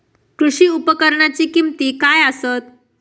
कृषी उपकरणाची किमती काय आसत?